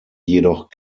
jedoch